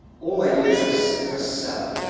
all i do is i so press sell,